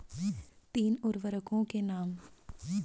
तीन उर्वरकों के नाम?